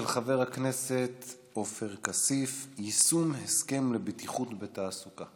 של חבר הכנסת עופר כסיף: יישום הסכם לבטיחות בתעסוקה.